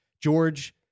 George